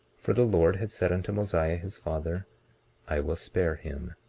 for the lord had said unto mosiah, his father i will spare him,